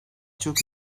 çok